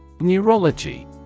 Neurology